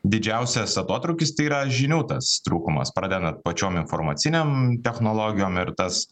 didžiausias atotrūkis tai yra žinių tas trūkumas pradedant pačiom informacinėm technologijom ir tas